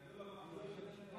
גדול המחטיאו יותר מן ההורגו.